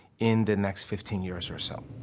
in the next fifteen years or so.